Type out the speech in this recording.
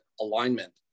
alignment